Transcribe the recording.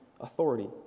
authority